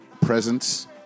presence